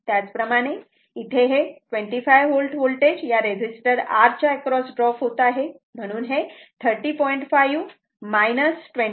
त्याचप्रमाणे इथे हे 25 V वोल्टेज या रजिस्टर R च्या अक्रॉस ड्रॉप होत आहे म्हणून हे 30